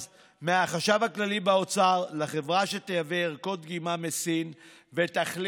מהחשב הכללי באוצר פטור ממכרז לחברה שתייבא ערכות דגימה מסין ותחליף